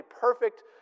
perfect